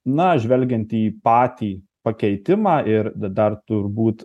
na žvelgiant į patį pakeitimą ir dar turbūt